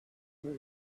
were